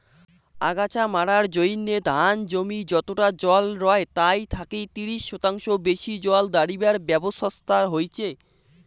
আগাছা মারার জইন্যে ধান জমি যতটা জল রয় তাই থাকি ত্রিশ শতাংশ বেশি জল দাড়িবার ব্যবছস্থা হইচে